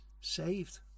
saved